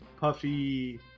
puffy